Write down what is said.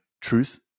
truth